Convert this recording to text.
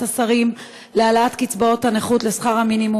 השרים בהצעת החוק שלי להעלאת קצבאות הנכות לשכר המינימום.